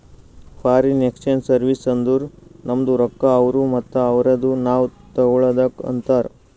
foreign exchange service ಅಂದುರ್ ನಮ್ದು ರೊಕ್ಕಾ ಅವ್ರು ಮತ್ತ ಅವ್ರದು ನಾವ್ ತಗೊಳದುಕ್ ಅಂತಾರ್